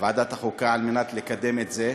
ועדת החוקה כדי לקדם את זה.